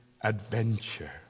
adventure